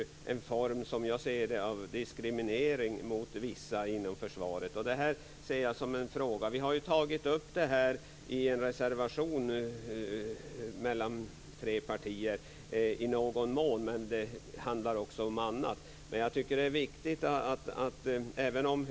Det blir, som jag ser det, en form av diskriminering av vissa inom försvaret. Tre partier har tagit upp denna fråga i en reservation. Reservationen avser i någon mån detta men också en del annat.